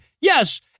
Yes